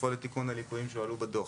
ולפעול לתיקון הליקויים שהועלו בדוח.